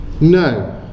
No